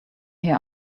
hear